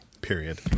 period